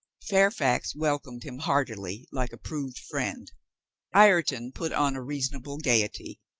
fairfax welcomed him heartily like a proved friend ireton put on a reasonable gaiety,